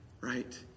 Right